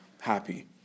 happy